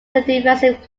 defensive